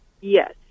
Yes